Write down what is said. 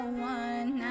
one